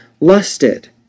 lusted